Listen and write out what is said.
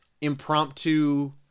impromptu